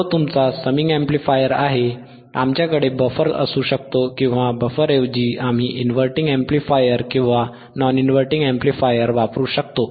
तो तुमचा summing amplifier आहे आमच्याकडे बफर असू शकतो किंवा बफरऐवजी आम्ही इनव्हर्टिंग अॅम्प्लिफायर किंवा नॉन इनव्हर्टिंग अॅम्प्लिफायर वापरू शकतो